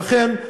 ולכן,